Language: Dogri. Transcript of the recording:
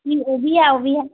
जी ओह्बी ऐ ओह्बी ऐ